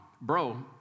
bro